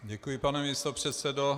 Děkuji, pane místopředsedo.